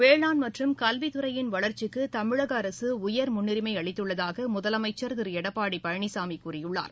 வேளாண் மற்றும் கல்வித்துறையின் வள்ச்சிக்கு தமிழக அரசு உயர் முன்னுரிமை அளித்துள்ளதாக முதலமைச்சர் திரு எடப்பாடி பழனிசாமி கூறியுள்ளார்